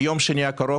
מיום שני הקרוב,